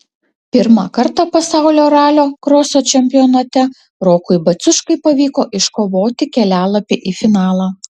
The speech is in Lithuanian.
pirmą kartą pasaulio ralio kroso čempionate rokui baciuškai pavyko iškovoti kelialapį į finalą